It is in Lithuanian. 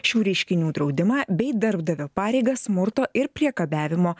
šių reiškinių draudimą bei darbdavio pareigą smurto ir priekabiavimo